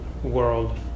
world